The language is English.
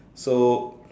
so